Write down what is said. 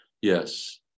Yes